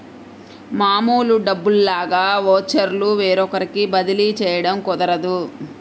మామూలు డబ్బుల్లాగా ఓచర్లు వేరొకరికి బదిలీ చేయడం కుదరదు